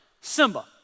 Simba